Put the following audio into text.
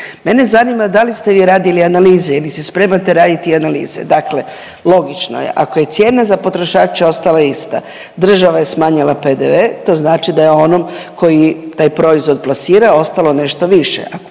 Mene zanima da li ste vi radili analize ili se spremate raditi analize? Dakle, logično je ako je cijena za potrošače ostala ista, država je smanjila PDV to znači da je onom tko je taj proizvod plasirao ostalo nešto više.